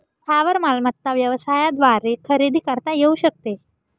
स्थावर मालमत्ता व्यवसायाद्वारे खरेदी करता येऊ शकते